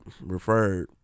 referred